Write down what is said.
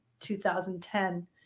2010